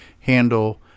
handle